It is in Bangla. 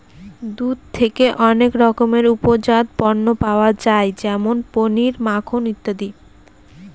দুধ থেকে অনেক রকমের উপজাত পণ্য পায় যেমন পনির, মাখন ইত্যাদি